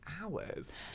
hours